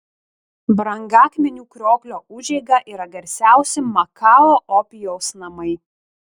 brangakmenių krioklio užeiga yra garsiausi makao opijaus namai